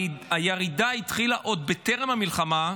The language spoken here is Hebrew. הירידה התחילה עוד בטרם המלחמה,